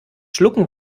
schlucken